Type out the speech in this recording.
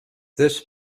this